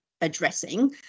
addressing